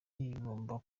igomba